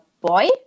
boy